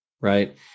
right